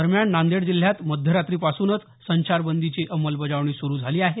दरम्यान नांदेड जिल्ह्यात मध्यरात्रीपासून संचारबंदीची अंमलबजावणी सुरू झाली आहे